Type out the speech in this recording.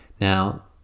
Now